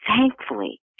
thankfully